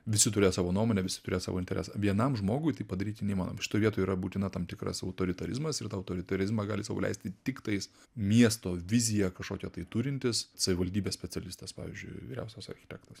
visi turės savo nuomonę visi turės savo interesą vienam žmogui tai padaryti neįmanoma šitoj vietoj yra būtina tam tikras autoritarizmas ir tą autoritarizmą gali sau leisti tiktais miesto viziją kažkokią tai turintis savivaldybės specialistas pavyzdžiui vyriausias architektas